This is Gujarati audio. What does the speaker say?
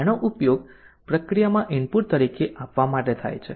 આનો ઉપયોગ પ્રક્રિયામાં ઇનપુટ તરીકે આપવા માટે થાય છે